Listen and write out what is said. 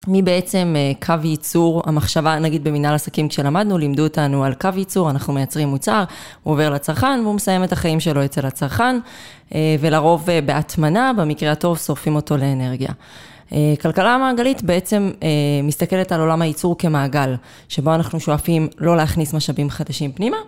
מי בעצם קו ייצור, המחשבה נגיד במנהל עסקים כשלמדנו, לימדו אותנו על קו ייצור, אנחנו מייצרים מוצר, הוא עובר לצרכן והוא מסיים את החיים שלו אצל הצרכן, ולרוב בהטמנה, במקרה הטוב, שורפים אותו לאנרגיה. כלכלה המעגלית בעצם מסתכלת על עולם הייצור כמעגל, שבו אנחנו שואפים לא להכניס משאבים חדשים פנימה.